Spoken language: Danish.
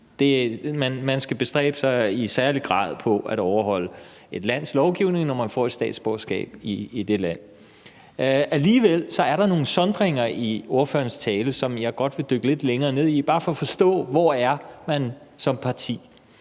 Man skal i særlig grad bestræbe sig på at overholde et lands lovgivning, når man får et statsborgerskab i det land. Alligevel er der nogle sondringer i ordførerens tale, som jeg godt vil dykke lidt længere ned i. Det er bare for at forstå, hvor man er som parti.